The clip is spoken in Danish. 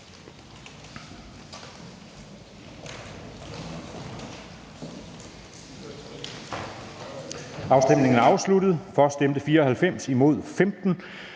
Afstemningen er afsluttet. For stemte 94 (S, V,